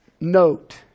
Note